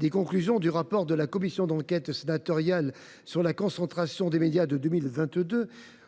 des conclusions du rapport de la commission d’enquête sénatoriale de 2022 sur la concentration des médias en France,